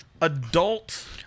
adult